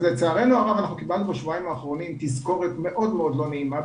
לצערנו הרב קיבלנו בשבועיים האחרונים תזכורת מאוד מאוד לא נעימה,